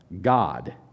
God